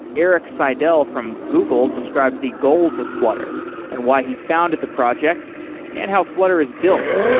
eric seidel from google described the goals of flutter and why he founded the project and how flutter is built.